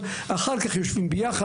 וכשאנחנו נתקלים בבעיה במקום אנחנו